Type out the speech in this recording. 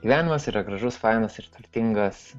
gyvenimas yra gražus fainas ir turtingas